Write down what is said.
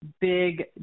big